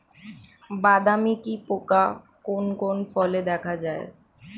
বাদামি কি পোকা কোন কোন ফলে দেখা যায়?